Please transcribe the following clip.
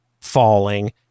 falling